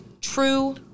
true-